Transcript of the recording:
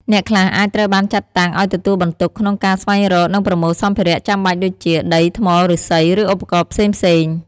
អ្នកខ្លះអាចត្រូវបានចាត់តាំងឲ្យទទួលបន្ទុកក្នុងការស្វែងរក និងប្រមូលសម្ភារៈចាំបាច់ដូចជា ដី ថ្ម ឫស្សី ឬឧបករណ៍ផ្សេងៗ។